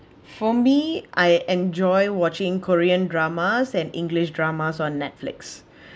for me I enjoy watching korean dramas and english dramas on netflix